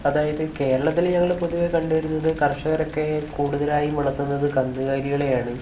അതായത് കേരളത്തിൽ ഞങ്ങൾ പൊതുവേ കണ്ടുവരുന്നത് കർഷകരൊക്കെ കൂടുതലായും വളർത്തുന്നത് കന്നുകാലികളെയാണ്